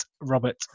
Robert